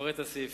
אפרט את הסעיפים,